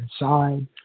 inside